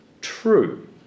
true